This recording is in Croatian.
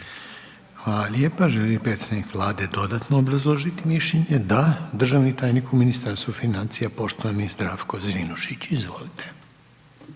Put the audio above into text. Hvala lijepa. Želi li predsjednik Vlade dodatno obrazložiti mišljenje? Da. Državni tajnik u Ministarstvu financija poštovani Zdravko Zrinušić. Izvolite.